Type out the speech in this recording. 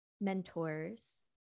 mentors